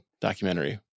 documentary